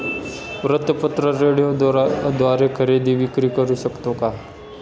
वृत्तपत्र, रेडिओद्वारे खरेदी विक्री करु शकतो का?